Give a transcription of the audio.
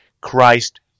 Christ